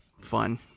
fun